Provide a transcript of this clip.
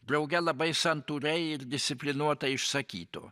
drauge labai santūriai ir disciplinuotai išsakyto